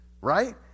right